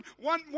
one